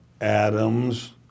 Adams